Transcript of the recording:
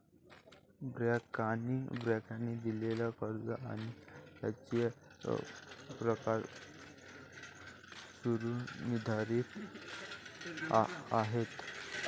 बँकांनी दिलेली कर्ज आणि त्यांचे प्रकार पूर्व निर्धारित आहेत